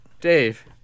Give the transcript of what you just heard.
Dave